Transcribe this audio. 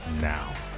now